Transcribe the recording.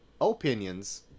opinions